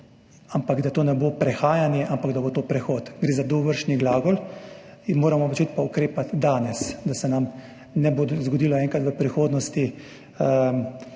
ampak da to ne bo prehajanje, ampak prehod. Gre za dovršni glagol in moramo početi in ukrepati danes, da se nam ne bo enkrat v prihodnosti